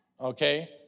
okay